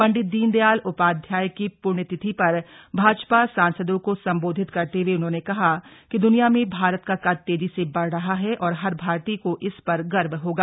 पंडित दीनदयाल उपाध्याय की पृण्यतिथि पर भाजपा सांसदों को संबोधित करते ह ए उन्होंने कहा कि द्वनिया में भारत का कद तेजी से बढ़ रहा है और हर भारतीय को इस पर गर्व होगा